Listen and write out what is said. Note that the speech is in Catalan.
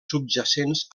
subjacents